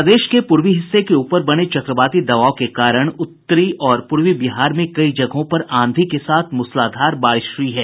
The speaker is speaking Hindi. प्रदेश के पूर्वी हिस्से के ऊपर बने चक्रवाती दवाब के कारण उत्तरी और पूर्वी बिहार में कई जगहों पर आंधी के साथ मूसलाधार बारिश हयी है